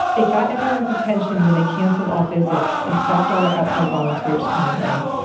it got everyone's attention when they canceled all visits and stopped all our outside volunteers coming in.